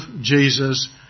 Jesus